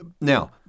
Now